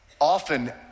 often